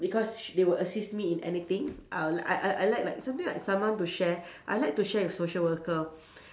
because sh~ they will assist me in anything I'll I I I like like something like someone to share I like to share with social worker